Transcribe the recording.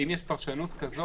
אם יש פרשנות כזו,